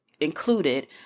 included